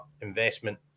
investment